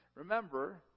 Remember